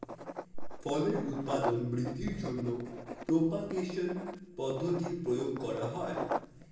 ফলের উৎপাদন বৃদ্ধির জন্য প্রপাগেশন পদ্ধতির প্রয়োগ করা হয়